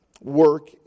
work